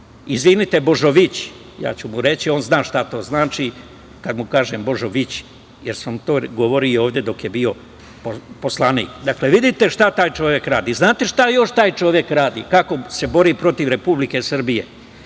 izvinite, Božovići, ja ću mu reći, a on zna šta to znači kada mu kažem Božovići, jer sam mu to govorio ovde dok je bio poslanik. Vidite šta taj čovek radi. Znate li šta taj čovek radi, kako se bori protiv Republike Srbije? Ja